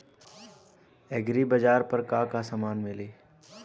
एग्रीबाजार पर का का समान मिली?